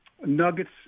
nuggets